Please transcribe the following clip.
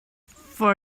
for